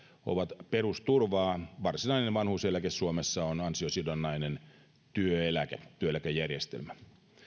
ovat perusturvaa varsinainen vanhuuseläke suomessa on ansiosidonnainen työeläkejärjestelmä